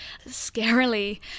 scarily